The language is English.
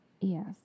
yes